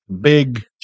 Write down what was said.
big